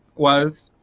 was?